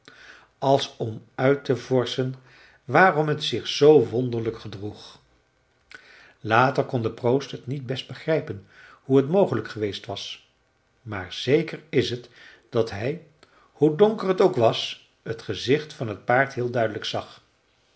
als om uit te vorschen waarom het zich zoo wonderlijk gedroeg later kon de proost het niet best begrijpen hoe het mogelijk geweest was maar zeker is het dat hij hoe donker het ook was het gezicht van het paard heel duidelijk zag